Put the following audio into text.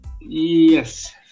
Yes